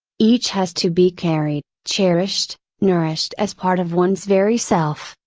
each has to be carried, cherished, nourished as part of one's very self,